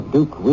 Duke